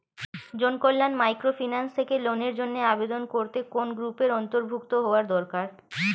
Janakalyan microfinance থেকে লোনের জন্য আবেদন করতে কোন গ্রুপের অন্তর্ভুক্ত হওয়া দরকার?